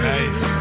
Nice